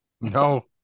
No